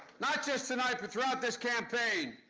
not just tonight but throughout this campaign,